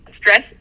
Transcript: stress